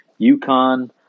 UConn